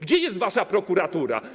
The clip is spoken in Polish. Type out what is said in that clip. Gdzie jest wasza prokuratura?